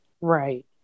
Right